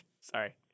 Sorry